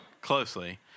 Closely